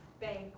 bank